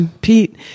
Pete